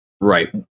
Right